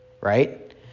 right